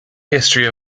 history